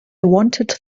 wanted